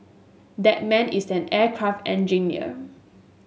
that man is an aircraft engineer